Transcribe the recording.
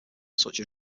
such